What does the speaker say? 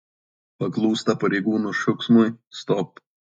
paklūsta pareigūnų šūksmui stop